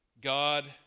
God